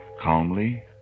calmly